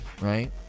right